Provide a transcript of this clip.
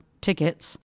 tickets